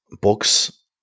books